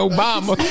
Obama